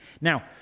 Now